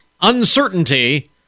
uncertainty